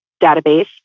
database